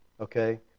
okay